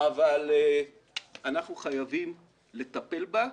אבל אנחנו חייבים לטפל בה.